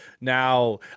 now